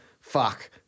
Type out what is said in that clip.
fuck